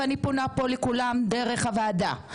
ואני פונה פה לכולם דרך הוועדה.